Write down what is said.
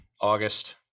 August